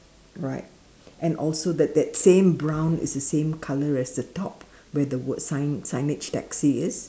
right and also that that same brown is the same color as the top where the word sign signage taxi is